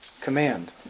command